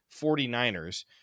49ers